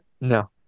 No